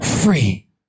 free